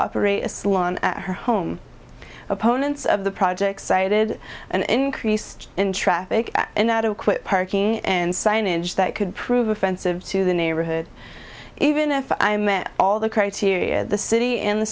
operate a swan at her home opponents of the project cited and increased in traffic inadequate parking and signage that could prove offensive to the neighborhood even if i met all the criteria the city in the